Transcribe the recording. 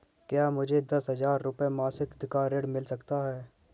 क्या मुझे दस हजार रुपये मासिक का ऋण मिल सकता है?